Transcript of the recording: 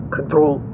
Control